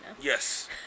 yes